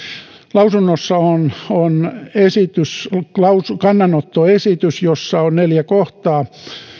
lausunnossa on kannanottoesitys jossa on neljä kohtaa